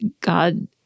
God